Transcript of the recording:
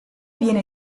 viene